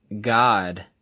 God